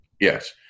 Yes